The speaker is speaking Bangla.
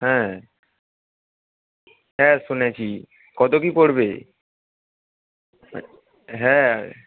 হ্যাঁ হ্যাঁ শুনেছি কতো কী পড়বে হ্যাঁ